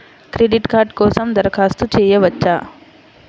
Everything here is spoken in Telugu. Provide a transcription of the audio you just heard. క్రెడిట్ కార్డ్ కోసం దరఖాస్తు చేయవచ్చా?